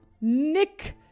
Nick